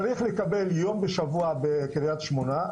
צריך לקבל יום בשבוע בקריית שמונה,